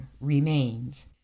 remains